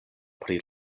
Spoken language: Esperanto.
pri